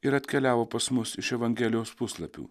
ir atkeliavo pas mus iš evangelijos puslapių